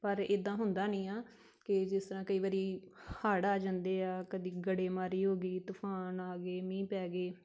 ਪਰ ਇੱਦਾਂ ਹੁੰਦਾ ਨਹੀਂ ਆ ਕਿ ਜਿਸ ਤਰ੍ਹਾਂ ਕਈ ਵਾਰ ਹੜ੍ਹ ਆ ਜਾਂਦੇ ਆ ਕਦੇ ਗੜ੍ਹੇਮਾਰੀ ਹੋ ਗਈ ਤੂਫ਼ਾਨ ਆ ਗਏ ਮੀਂਹ ਪੈ ਗਏ